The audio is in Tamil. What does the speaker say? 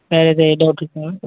வேறு ஏதாவுது டவுட் இருக்குதுங்களா